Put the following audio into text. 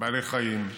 בעלי חיים,